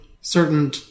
certain